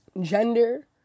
gender